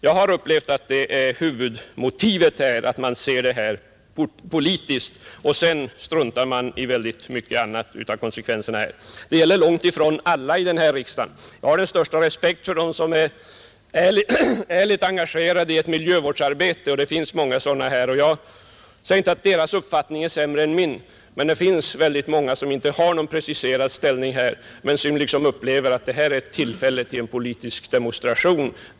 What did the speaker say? Jag har upplevt det så att huvudmotivet för inställningen är politiskt och sedan struntar man i konsekvenserna. Det gäller långtifrån alla här i riksdagen. Jag har den största respekt för dem som är ärligt engagerade i ett miljövårdsarbete. Det finns många sådana personer här, och jag säger inte att deras uppfattning är sämre än min. Väldigt många har emellertid inte någon preciserad inställning — de har inte tagit ställning till sakfrågan — men tycker att detta är ett tillfälle till politisk demonstration.